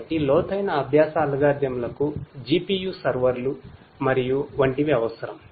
కాబట్టి లోతైన అభ్యాస అల్గోరిథంలకు GPU సర్వర్లు మరియు వంటివి అవసరం